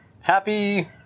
Happy